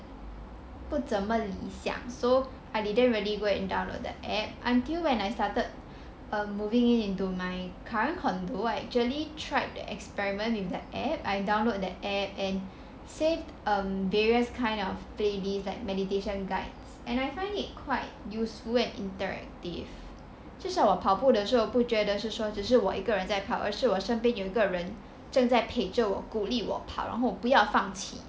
不怎么理想 so I didn't really go and download the app until when um I started moving in into my current condo I actually tried to experiment with the app I download the app and saved various kind of playlist like meditation type and I find it quite useful and interactive 就像我跑步的时候不觉得说只是我一个人在跑就是说很像我身边有一个人正在我身边鼓励我跑然后不要放弃